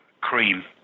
Cream